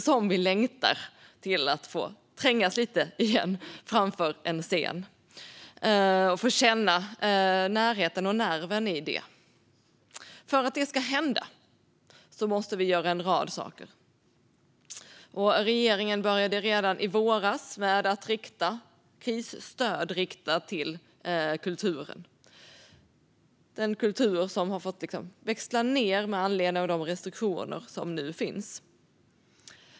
Som vi längtar efter att få trängas lite igen framför en scen och få känna närheten och nerven i det! För att det ska hända måste vi göra en rad saker. Regeringen började redan i våras med att rikta krisstöd till kulturen, den kultur som har fått växla ned med anledning av de restriktioner som nu finns.